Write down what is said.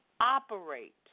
operate